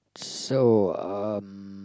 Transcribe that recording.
so um